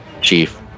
Chief